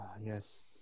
Yes